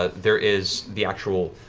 ah there is the actual